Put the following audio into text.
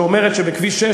שאומרת שבכביש 6,